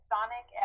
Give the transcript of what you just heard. Sonic